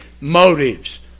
motives